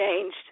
changed